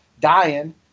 dying